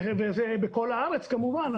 וזה בכל הארץ כמובן.